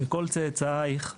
בכל צאצאייך,